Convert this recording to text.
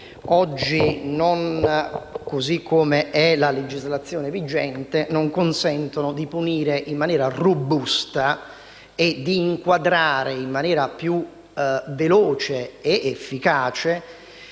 modificando la legislazione vigente, consentiranno di punire in maniera robusta e di inquadrare in maniera più veloce ed efficace